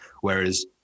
Whereas